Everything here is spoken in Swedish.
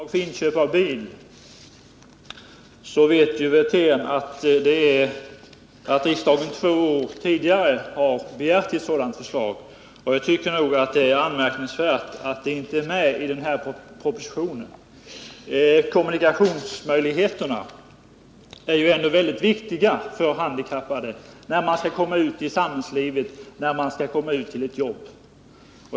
Herr talman! Rolf Wirtén vet att riksdagen två år i följd begärt förslag till bidrag för inköp av bil. Jag tycker det är anmärkningsvärt att det förslaget inte är med i den här propositionen. Kommunikationsmöjligheterna är väldigt viktiga för de handikappade. De är beroende av dem för att komma ut i samhällslivet och till ett jobb.